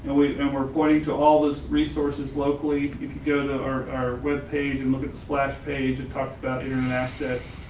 ah we and were pointing to all this resources locally. if you go to our our web page and look at the splash page, it talks about internet access.